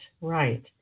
right